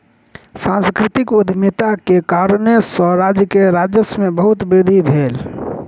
सांस्कृतिक उद्यमिता के कारणेँ सॅ राज्य के राजस्व में बहुत वृद्धि भेल